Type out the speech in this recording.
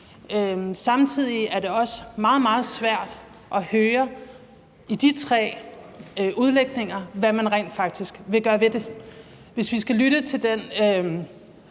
Samtidig er det også meget, meget svært at høre i de tre udlægninger, hvad man rent faktisk vil gøre ved det. Hvis vi skal lytte til den